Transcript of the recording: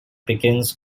begins